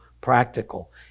practical